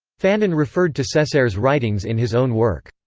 fanon referred to cesaire's writings in his own work.